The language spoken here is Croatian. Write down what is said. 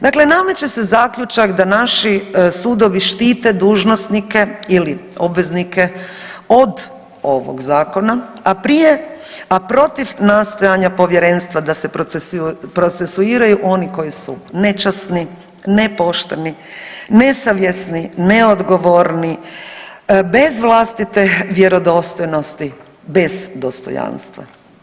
Dakle, nameće se zaključak da naši sudovi štite dužnosnike ili obveznike od ovog zakona, a prije, a protiv nastojanja povjerenstva da se procesuiraju oni koji su nečasni, nepošteni, nesavjesni, neodgovorni, bez vlastite vjerodostojnosti, bez dostojanstva.